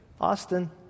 Austin